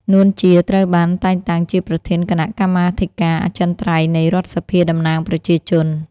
នួន ជា ត្រូវបានតែងតាំងជាប្រធានគណៈកម្មាធិការអចិន្ត្រៃយ៍នៃរដ្ឋសភាតំណាងប្រជាជន។